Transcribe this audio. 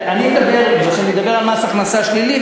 מכיוון שאני מדבר על מס הכנסה שלילי,